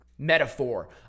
Metaphor